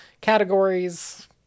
categories